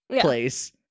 place